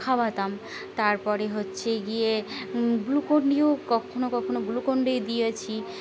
খাওয়াতাম তারপরে হচ্ছে গিয়ে গ্লুকোন ডিও কখনও কখনও গ্লুকোন ডি দিয়েছি